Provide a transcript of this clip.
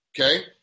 Okay